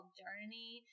journey